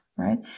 right